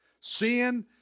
Sin